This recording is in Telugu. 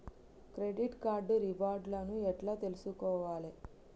క్రెడిట్ కార్డు రివార్డ్ లను ఎట్ల తెలుసుకోవాలే?